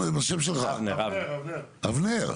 אבנר.